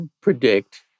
predict